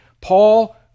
Paul